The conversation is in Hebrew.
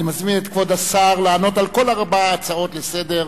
אני מזמין את כבוד השר לענות על כל ארבע ההצעות לסדר,